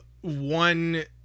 one